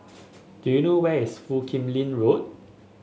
do you know where is Foo Kim Lin Road